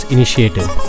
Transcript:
Initiative